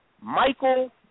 Michael